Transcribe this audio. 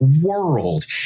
world